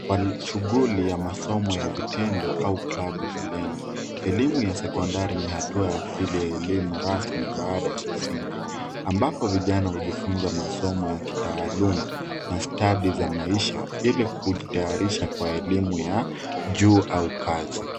kwa shughuli ya masomo ya vitendo au klabu shuleni. Elimu ya sekondari ni hatua ya pili ya elimu rasmi baada ya msingi, ambapo vijana hujifunza masomo ya kitaaluma na stadi za maisha ili kujitayarisha kwa elimu ya juu au kazi.